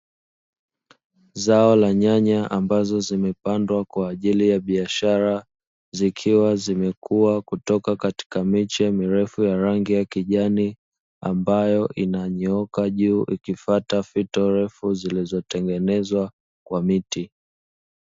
Zao la nyanya ambazo zimepandwa kwa ajili ya biashara, zikiwa zimekuwa kutoka katika miche mirefu ya rangi ya kijani ambayo inanyooka juu ikifata fito refu zilizotengenezwa kwa miti.